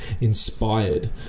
inspired